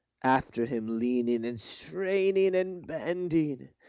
after him leaning and straining and bending,